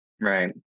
Right